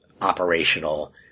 operational